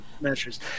measures